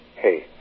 Hey